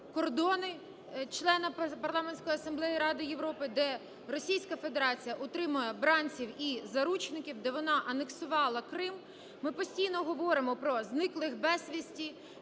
кордони члена Парламентської асамблеї Ради Європи, де Російська Федерація утримує бранців і заручників, де вона анексувала Крим. Ми постійно говоримо про зниклих безвісти,